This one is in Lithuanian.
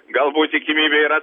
galbūt tikimybė yra